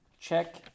check